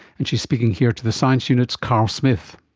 and she's speaking here to the science unit's carl smith.